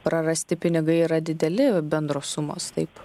prarasti pinigai yra dideli bendros sumos taip